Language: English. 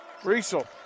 Riesel